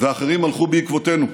ואחרים הלכו בעקבותינו.